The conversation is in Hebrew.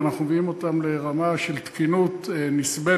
ואנחנו מביאים אותם לרמה של תקינות נסבלת,